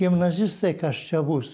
gimnazistai kas čia bus